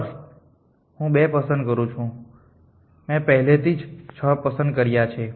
sir હું 2 પસંદ કરું છું મેં પહેલેથી જ 6 પસંદ કર્યા છે